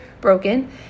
broken